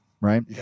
Right